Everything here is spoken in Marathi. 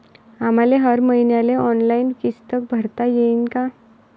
आम्हाले हर मईन्याले ऑनलाईन किस्त भरता येईन का?